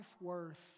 worth